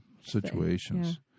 situations